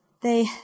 They